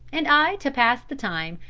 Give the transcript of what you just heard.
and i, to pass the time,